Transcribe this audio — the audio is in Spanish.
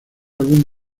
algún